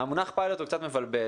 המונח פיילוט הוא קצת מבלבל.